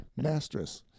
mastress